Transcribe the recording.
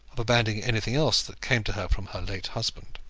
of abandoning anything else that came to her from her late husband.